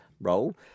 role